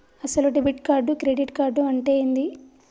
అసలు debit card credit card అంటే ఏంది?